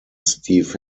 steve